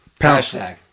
hashtag